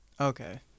Okay